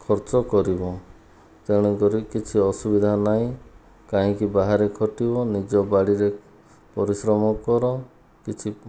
ଖର୍ଚ୍ଚ କରିବ ତେଣୁକରି କିଛି ଅସୁବିଧା ନାହିଁ କାହିଁକି ବାହାରେ ଖଟିବ ନିଜ ବାଡ଼ିରେ ପରିଶ୍ରମ କର କିଛି